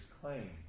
claim